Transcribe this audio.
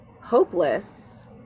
Hopeless